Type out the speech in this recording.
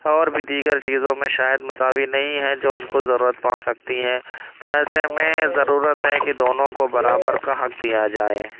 اور بھی دیگر چیزوں میں شاید مساوی نہیں ہیں جو ان کو ضرورت پڑ سکتی ہے تو ایسے میں ضرورت ہے کہ دونوں کو برابر کا حق دیا جائے